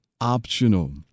optional